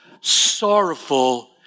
sorrowful